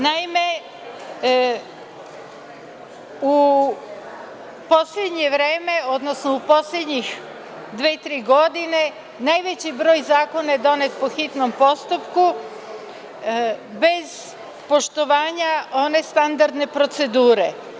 Naime, u poslednje vreme, odnosno u poslednjih dve, tri godine najveći broj zakona je donet po hitnom postupku bez poštovanja one standardne procedure.